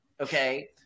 okay